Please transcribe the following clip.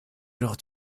lors